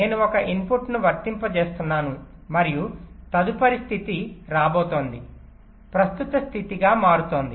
నేను ఒక ఇన్పుట్ను వర్తింపజేస్తున్నాను మరియు తదుపరి స్థితి రాబోతోంది ప్రస్తుత స్థితిగా మారుతోంది